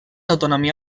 autonomia